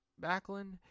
Backlund